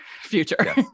future